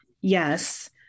yes